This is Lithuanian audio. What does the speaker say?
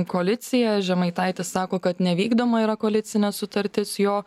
koaliciją žemaitaitis sako kad nevykdoma yra koalicinė sutartis jo